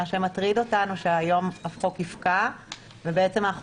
מה שמטריד אותנו זה שהיום החוק יפקע ובעצם אנחנו